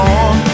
on